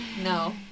No